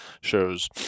shows